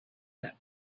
left